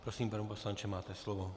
Prosím, pane poslanče, máte slovo.